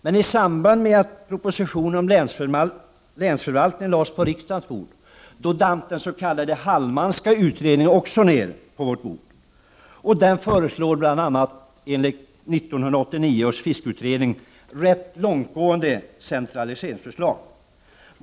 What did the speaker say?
Men i samband med att propositionen om länsförvaltningen lades på riksdagens bord, damp även den s.k. Hallmanska utredningen ner på vårt bord. Den föreslår bl.a. i enlighet med 1989 års fiskeriutredning rätt långtgående centralisering.